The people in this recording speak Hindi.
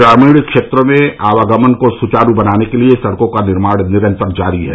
ग्रामीण क्षेत्रों में आवागमन को सुचारू बनाने के लिए सड़कों का निर्माण निरन्तर जारी है